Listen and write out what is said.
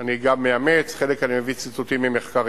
אני גם מאמץ, חלק אני מביא ציטוטים ממחקרים: